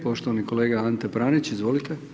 Poštovani kolega Ante Pranić, izvolite.